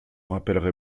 rappellerez